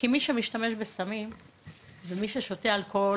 כי מי שמשתמש בסמים ומי ששותה אלכוהול,